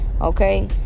okay